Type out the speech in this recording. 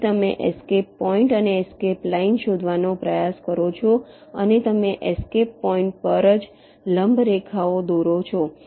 તેથી તમે escape point અને એસ્કેપ લાઇન શોધવાનો પ્રયાસ કરો છો અને તમે એસ્કેપ પોઈન્ટ પર જ લંબ રેખાઓ દોરો છો